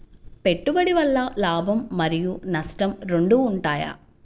పెట్టుబడి వల్ల లాభం మరియు నష్టం రెండు ఉంటాయా?